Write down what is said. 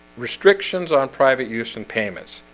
restrictions on private use and payments